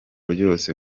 byose